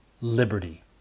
liberty